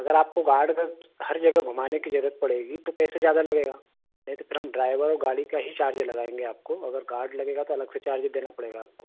अगर आपको गार्ड अगर हर जगह घूमाने की ज़रूरत पड़ेगी तो पैसे ज़्यादा लगेगा नहीं तो फिर हम ड्राइवर और गाड़ी का ही चार्ज लगाएँगे आपको अगर गार्ड लगेगा तो अलग से चार्ज देना पड़ेगा आपको